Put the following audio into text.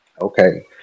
okay